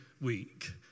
week